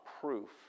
proof